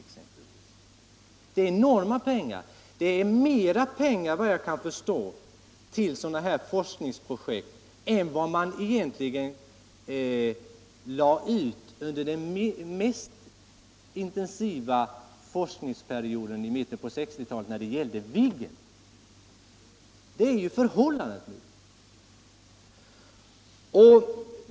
Det är enorma pengar. Det är mer pengar, vad jag kan förstå, till sådana här forskningsprojekt än vad man lade ut under den mest intensiva forskningsperioden i mitten av 1960-talet då det gällde Viggen.